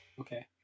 Okay